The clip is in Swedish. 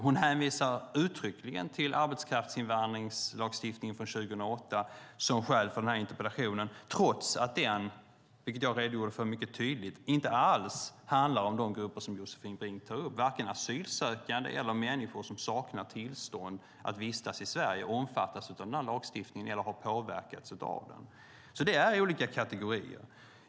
Hon hänvisar uttryckligen till arbetskraftsinvandringslagstiftningen från 2008 som skäl för denna interpellation, trots att den, vilket jag mycket tydligt redogjorde för, inte alls handlar om de grupper som Josefin Brink tar upp. Varken asylsökande eller människor som saknar tillstånd att vistas i Sverige omfattas av denna lagstiftning eller har påverkats av den. Det är alltså olika kategorier.